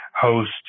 host